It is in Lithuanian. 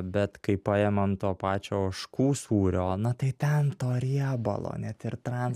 bet kai paimam to pačio ožkų sūrio na tai ten to riebalo net ir trans